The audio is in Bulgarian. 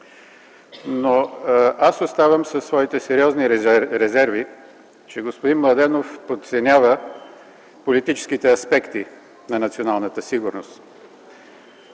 но аз оставам със своите сериозни резерви, че господин Младенов подценява политическите аспекти на националната сигурност.